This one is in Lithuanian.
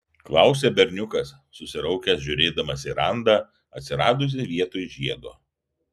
klausia berniukas susiraukęs žiūrėdamas į randą atsiradusį vietoj žiedo